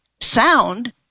sound